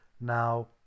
now